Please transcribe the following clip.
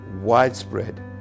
widespread